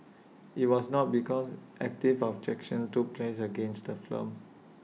IT was not because active objection took place against the film